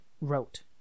wrote